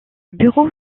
bureau